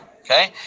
okay